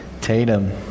Tatum